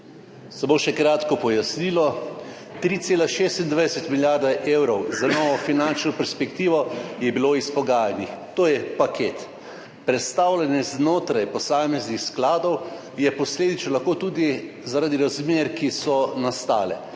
Samo še kratko pojasnilo. 3,26 milijarde evrov za novo finančno perspektivo je bilo izpogajanih. To je paket. Prestavljanje znotraj posameznih skladov je posledično lahko tudi zaradi razmer, ki so nastale.